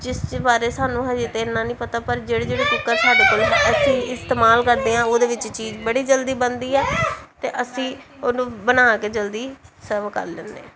ਜਿਸ ਬਾਰੇ ਸਾਨੂੰ ਅਜੇ ਤਾਂ ਇੰਨਾ ਨਹੀਂ ਪਤਾ ਪਰ ਜਿਹੜੇ ਜਿਹੜੇ ਕੁੱਕਰ ਸਾਡੇ ਕੋਲ ਅਸੀਂ ਇਸਤੇਮਾਲ ਕਰਦੇ ਹਾਂ ਉਹਦੇ ਵਿੱਚ ਚੀਜ਼ ਬੜੀ ਜਲਦੀ ਬਣਦੀ ਹੈ ਅਤੇ ਅਸੀਂ ਉਹਨੂੰ ਬਣਾ ਕੇ ਜਲਦੀ ਸਰਵ ਕਰ ਲੈਂਦੇ ਆ